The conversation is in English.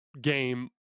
game